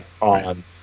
on